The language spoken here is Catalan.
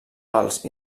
alts